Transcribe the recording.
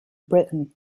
britain